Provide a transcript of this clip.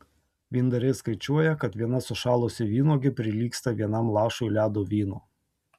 vyndariai skaičiuoja kad viena sušalusi vynuogė prilygsta vienam lašui ledo vyno